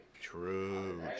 True